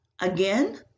again